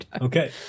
Okay